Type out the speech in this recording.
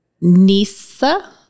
Nisa